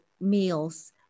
meals